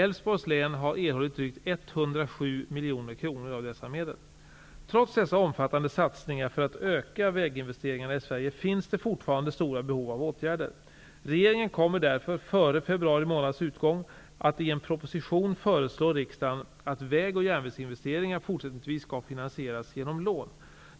Älvsborgs län har erhållit drygt 107 miljoner kronor av dessa medel. Trots dessa omfattande satsningar för att öka väginvesteringarna i Sverige finns det fortfarande stora behov av åtgärder. Regeringen kommer därför, före februari månads utgång, att i en proposition föreslå riksdagen att väg och järnvägsinvesteringar fortsättningsvis skall finansieras genom lån.